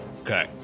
Okay